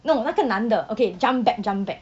no 那个男的 okay jump back jump back